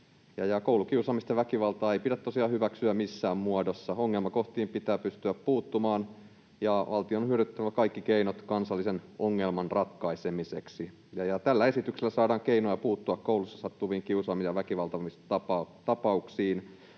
Koulukiusaamista ja ‑väkivaltaa ei pidä tosiaan hyväksyä missään muodossa. Ongelmakohtiin pitää pystyä puuttumaan, ja valtion on hyödynnettävä kaikki keinot kansallisen ongelman ratkaisemiseksi. Tällä esityksellä saadaan keinoja puuttua koulussa sattuviin kiusaamis- ja väkivaltatapauksiin